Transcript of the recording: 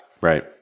Right